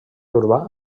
urbà